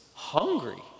Hungry